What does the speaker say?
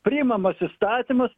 priimamas įstatymas